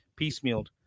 piecemealed